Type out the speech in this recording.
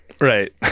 Right